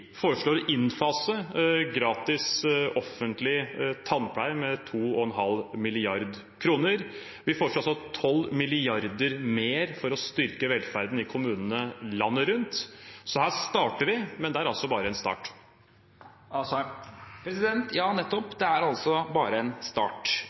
foreslår å innfase gratis offentlig tannpleie med 2,5 mrd. kr. Vi foreslår 12 mrd. kr mer for å styrke velferden i kommunene landet rundt. Så her starter vi, men det er altså bare en start. Ja,